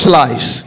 lives